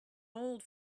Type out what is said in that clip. old